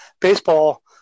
Baseball